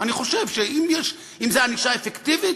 אני חושב שאם זו ענישה אפקטיבית,